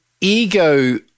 ego